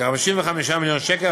כ-55 מיליון שקל.